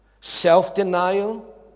self-denial